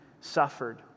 suffered